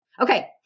Okay